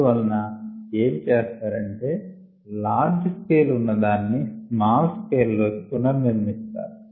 అందువలన ఏమి చేస్తారంటే లార్జ్ స్కెల్ ఉన్నదాన్ని స్మాల్ స్కెల్ లో పునర్నిర్మిస్తారు